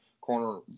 corner